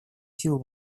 силы